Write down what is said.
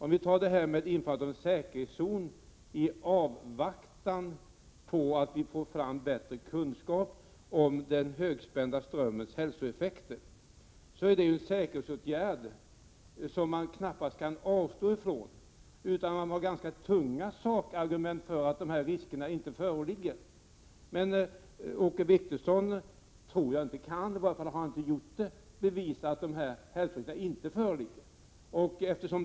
Man avstår från att införa en säkerhetszon i avvaktan på att vi skall få fram bättre kunskaper om den högspända strömmens hälsoeffekter. Men här handlar det om en säkerhetsåtgärd, som man knappast kan avstå ifrån utan att ha ganska tunga sakargument för att dessa risker inte föreligger. Men jag tror inte att Åke Wictorsson kan bevisa att de hälsoriskerna inte föreligger. I varje fall har han inte gjort det.